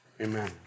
Amen